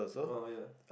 oh ya